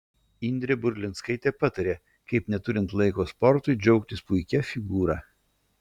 indrė burlinskaitė patarė kaip neturint laiko sportui džiaugtis puikia figūra